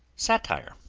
satire,